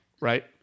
right